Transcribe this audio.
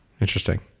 interesting